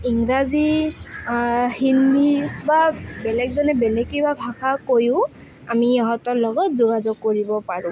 ইংৰাজী হিন্দী বা বেলেগজনে বেলেগ কিবা ভাষা কৈও আমি ইহঁতৰ লগত যোগাযোগ কৰিব পাৰোঁ